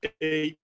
eight